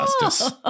justice